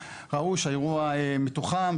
ראו שהאירוע מתוחם,